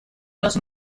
los